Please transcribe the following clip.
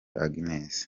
agnes